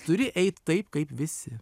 turi eit taip kaip visi ne